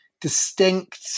distinct